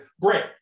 great